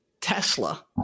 Tesla